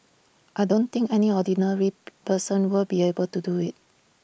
I don't think any ordinary person will be able to do IT